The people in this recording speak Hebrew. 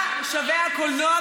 מה שווה הקולנוע,